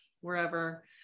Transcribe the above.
wherever